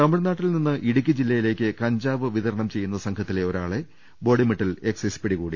തമിഴ്നാട്ടിൽനിന്ന് ഇടുക്കി ജില്ലയിലേക്ക് കഞ്ചാവ് വിത രണം ചെയ്യുന്ന സംഘത്തിലെ ഒരാളെ ബോഡിമെട്ടിൽ എക്സൈസ് പിടികൂടി